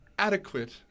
Adequate